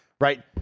right